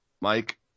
Mike